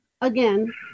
again